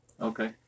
okay